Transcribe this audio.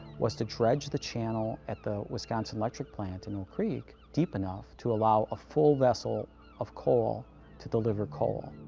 was to dredge the channel at the wisconsin electric plant in old creek, deep enough to allow a full vessel of coal to deliver coal. ah